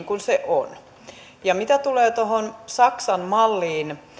kuin se on mitä tulee tuohon saksan malliin